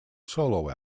solo